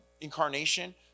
incarnation